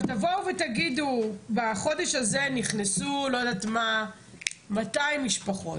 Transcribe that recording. תגידו שבחודש הזה נכנסו 200 משפחות.